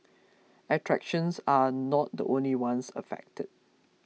attractions are not the only ones affected